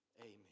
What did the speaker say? Amen